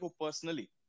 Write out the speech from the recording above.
personally